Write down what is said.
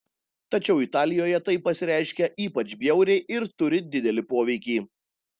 tačiau italijoje tai pasireiškia ypač bjauriai ir turi didelį poveikį